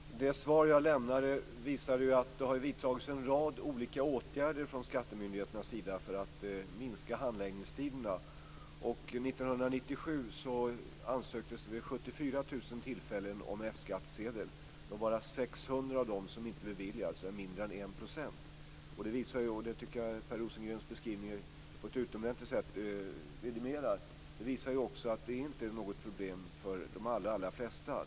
Fru talman! Det svar jag lämnade visar att det har vidtagits en rad olika åtgärder från skattemyndigheternas sida för att minska handläggningstiderna. 1997 ansöktes det vid 74 000 tillfällen om F-skattsedel. Det var bara 600 av dem som inte beviljades, mindre än 1 %. Det tycker jag Per Rosengrens beskrivning på ett utomordentligt sätt vidimerar. Det visar också att det inte är något problem för de allra flesta.